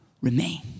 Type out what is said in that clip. Remain